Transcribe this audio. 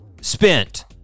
spent